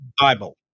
Bible